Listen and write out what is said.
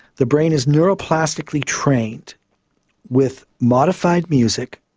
the brain is neuroplasticly trained with modified music,